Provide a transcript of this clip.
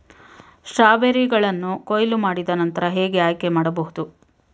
ಸ್ಟ್ರಾಬೆರಿಗಳನ್ನು ಕೊಯ್ಲು ಮಾಡಿದ ನಂತರ ಹೇಗೆ ಆಯ್ಕೆ ಮಾಡಬಹುದು?